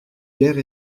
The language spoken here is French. guère